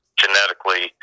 genetically